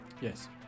Yes